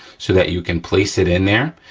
so that you can place it in there,